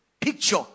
picture